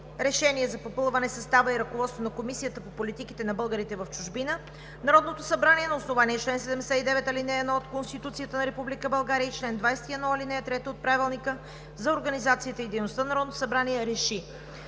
РЕШЕНИЕ за попълване състава и ръководството на Комисията по политиките за българите в чужбина Народното събрание на основание на чл. 79, ал. 1 от Конституцията на Република България и чл. 21, ал. 3 от Правилника за организацията и дейността на Народното събрание РЕШИ: